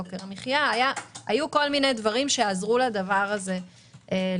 את יוקר המחיה היו כל מיני דברים שעזרו לדבר הזה לקרות.